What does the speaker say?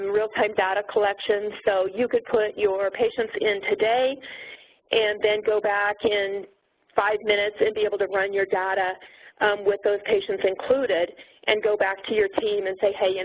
real-time data collection. so, you could put your patients in today and then go back in five minutes and be able to run your data with those patients included and go back to your team and say, hey, you know,